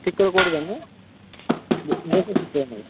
ঠিক করে করবেন হ্যাঁ